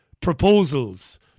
proposals